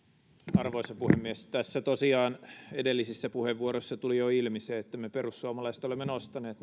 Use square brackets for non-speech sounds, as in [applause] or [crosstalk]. arvoisa puhemies tässä tosiaan edellisissä puheenvuoroissa tuli jo ilmi se että me perussuomalaiset olemme nostaneet [unintelligible]